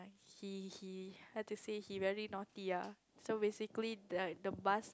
he he how to say he very naughty ya so basically like the bus